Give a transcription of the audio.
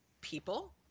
people